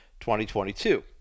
2022